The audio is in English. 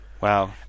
Wow